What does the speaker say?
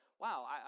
wow